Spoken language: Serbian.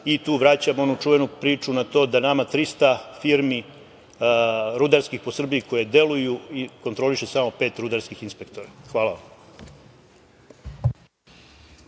i tu vraćamo onu čuvenu priču na to da nam 300 firmi rudarskih po Srbiji koje deliju i kontrolišu samo pet rudarskih inspektora. Hvala